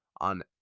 on